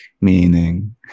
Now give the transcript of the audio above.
meaning